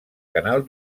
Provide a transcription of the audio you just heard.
canal